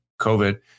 COVID